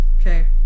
Okay